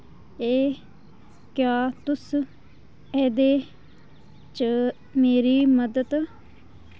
ऐ क्या तुस एह्दे च मेरी मदद